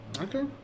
Okay